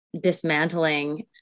dismantling